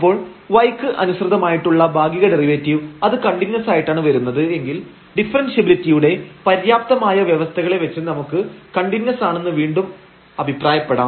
അപ്പോൾ y ക്ക് അനുസൃതമായിട്ടുള്ള ഭാഗിക ഡെറിവേറ്റീവ് അത് കണ്ടിന്യൂസ് ആയിട്ടാണ് വരുന്നത് എങ്കിൽ ഡിഫറെൻഷ്യബിലിറ്റിയുടെ പര്യാപ്തമായ വ്യവസ്ഥകളെ വച്ച് നമുക്ക് കണ്ടിന്യൂസ് ആണെന്ന് വീണ്ടും അഭിപ്രായപ്പെടാം